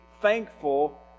thankful